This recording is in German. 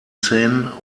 seine